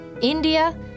India